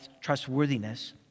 trustworthiness